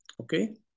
Okay